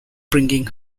bringing